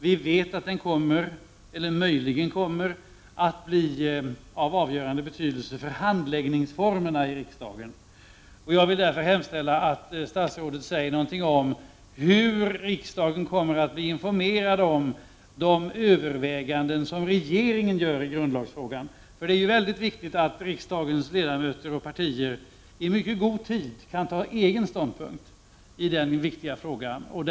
Vi vet att den kommer, eller möjligen kommer, att bli av avgörande betydelse för handläggningsformerna i riksdagen. Jag vill därför hemställa om att statsrådet skall säga något om hur riksdagen kommer att bli informerad om de överväganden som regeringen gör i grundlagsfrågan. Det är mycket viktigt att riksdagens partier och ledamöter i mycket god tid kan ta egen ställning i denna fråga.